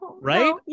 Right